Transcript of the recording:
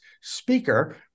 speaker